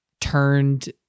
turned